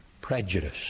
prejudice